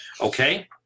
Okay